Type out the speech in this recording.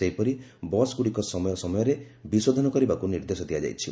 ସେହିପରି ବସ୍ଗୁଡ଼ିକ ସମୟ ସମୟରେ ବିଶୋଧନ କରିବାକୁ ନିର୍ଦ୍ଦେଶ ଦିଆଯାଇଛି